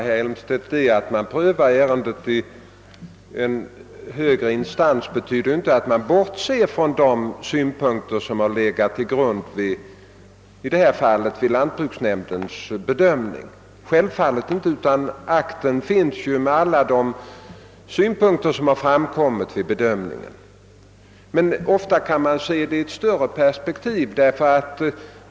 Herr talman! Att man prövar ärendet i en högre instans betyder inte, herr Elmstedt, att man bortser från de synpunkter som legat till grund t.ex. vid lantbruksnämndens bedömning. Akten finns ju kvar och därmed alla de fakta som har framkommit vid bedömningen. Ofta kan emellertid lantbruksstyrelsen se frågan i ett större perspektiv.